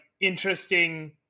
interesting